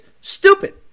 stupid